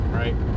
right